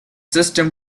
system